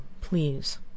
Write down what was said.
please